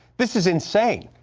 this is insane.